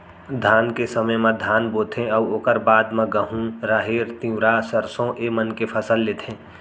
धान के समे म धान बोथें अउ ओकर बाद म गहूँ, राहेर, तिंवरा, सरसों ए मन के फसल लेथें